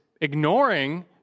ignoring